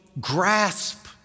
grasp